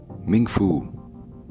Ming-Fu